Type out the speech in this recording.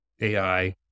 AI